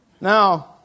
Now